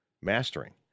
mastering